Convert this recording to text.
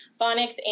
phonics